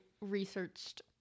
researched